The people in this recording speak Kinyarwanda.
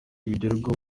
bigerwaho